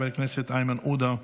חבר הכנסת איימן עודה,